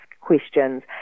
questions